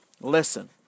listen